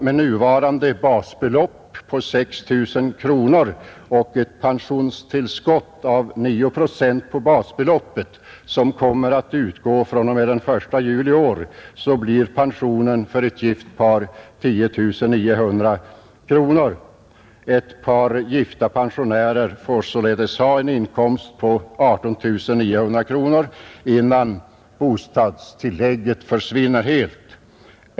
Med nuvarande basbelopp på 6 900 kronor och ett pensionstillskott på 9 procent av basbeloppet som utgår fr.o.m. den 1 juli i år så blir pensionen för ett gift par 10 900 kronor. Ett pensionärspar får således ha en inkomst på 18 900 kronor innan bostadstillägget helt försvinner.